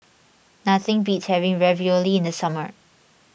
nothing beats having Ravioli in the summer